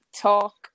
talk